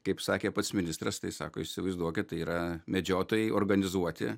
kaip sakė pats ministras tai sako įsivaizduokit yra medžiotojai organizuoti